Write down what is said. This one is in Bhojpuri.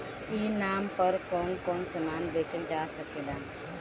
ई नाम पर कौन कौन समान बेचल जा सकेला?